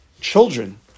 children